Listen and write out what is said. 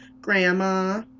Grandma